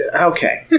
Okay